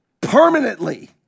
permanently